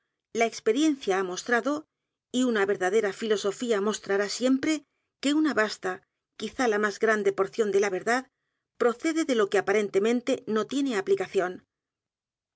la experiencia ha mostrado y u n a verdadera filosofía mostrará siempre que una vasta quizá la más grande porción de la verdad procede de lo que a p a r e n temente no tiene aplicación